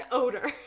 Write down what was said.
odor